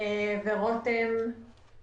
ארז קמיניץ ליווה את התהליכים,